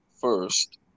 first